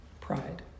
Pride